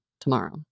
tomorrow